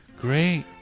great